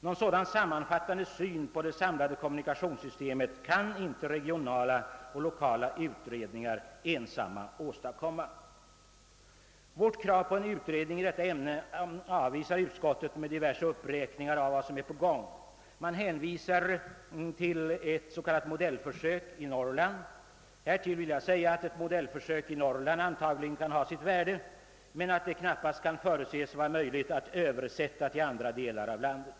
Någon sådan sammanfattande syn på det samlade kommunikationssystemet kan inte regionala och lokala utredningar ensamma <åstadkomma. Vårt krav på en utredning i detta ämne har utskottet avvisat med diverse uppräkningar av vad som pågår. Utskottet hänvisar bl.a. till ett s.k. modellförsök i Norrland. Till det vill jag säga att ett sådant modellförsök antagligen kan ha sitt värde men att det knappast kan vara möjligt att översätta resultatet av det försöket till andra delar av landet.